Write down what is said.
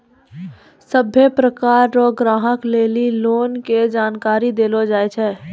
सभ्भे प्रकार रो ग्राहक लेली लोन के जानकारी देलो जाय छै